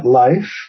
life